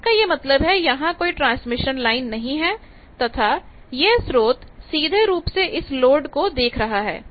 जिसका यह मतलब है कि यहां कोई ट्रांसमिशन लाइन नहीं है तथा यह स्रोत सीधे रूप से इस लोड को देख रहा है